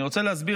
אני רוצה להסביר,